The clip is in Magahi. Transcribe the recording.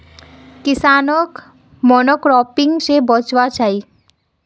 किसानोक मोनोक्रॉपिंग से बचवार चाही